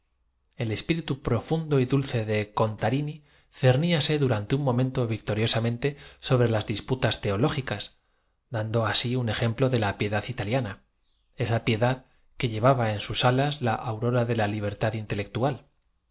el espíritu profundo y dulce de contarini cerníase du rante un momento victoriosamente sobre laa disputas teológicas dando asi un ejemplo de la piedad italiana esa piedad que llevaba en sus alas la aurora de la li bertad intelectual